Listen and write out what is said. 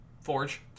forge